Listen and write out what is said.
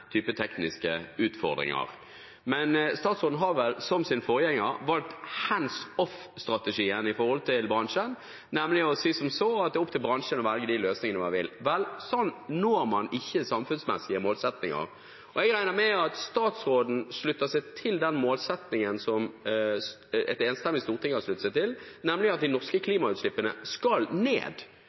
tekniske utfordringer. Men statsråden har vel, som sin forgjenger, valgt «hands off»-strategien for bransjen, nemlig å si som så at det er opp til bransjen å velge de løsningene man vil. Vel, sånn når man ikke samfunnsmessige målsettinger. Jeg regner med at statsråden slutter seg til den målsettingen som et enstemmig storting har sluttet seg til, nemlig at de norske klimagassutslippene skal ned.